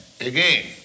again